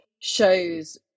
shows